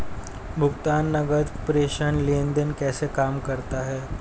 भुगतान नकद प्रेषण लेनदेन कैसे काम करता है?